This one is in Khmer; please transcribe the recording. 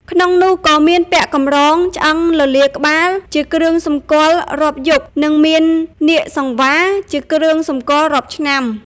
ក្នុងនោះ ក៏មានពាក់កម្រងឆ្អឹងលលាដ៍ក្បាល ជាគ្រឿងសម្គាល់រាប់យុគ និងមាននាគសង្វារ ជាគ្រឿងសម្គាល់រាប់ឆ្នាំ។។